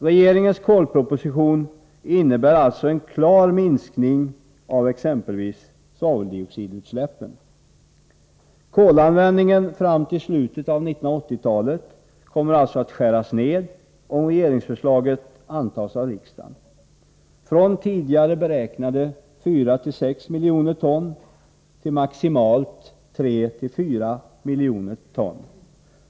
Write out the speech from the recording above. Regeringens kolproposition innebär alltså en klar minskning av exempelvis svaveldioxidutsläppen. Kolanvändningen fram till slutet av 1980-talet kommer alltså att skäras ned, om regeringsförslaget antas av riksdagen, från tidigare beräknade 4-6 miljoner ton till maximalt 3-4 miljoner ton.